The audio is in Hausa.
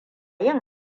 yin